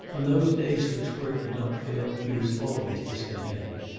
on those days which work did not fill he was always discontented.